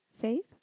faith